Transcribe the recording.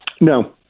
No